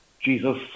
Jesus